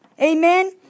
Amen